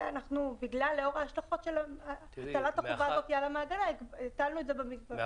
לאור ההשלכות של הטלת החובה הזאת על המעגנה היטלנו את זה במגבלות.